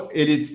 ele